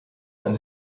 einen